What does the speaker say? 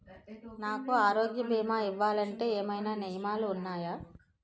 నాకు ఆరోగ్య భీమా ఇవ్వాలంటే ఏమైనా నియమాలు వున్నాయా?